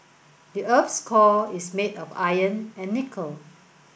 the earth's core is made of iron and nickel